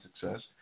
success